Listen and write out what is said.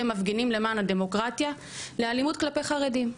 מפגינים למען הדמוקרטיה לאלימות כלפי חרדים,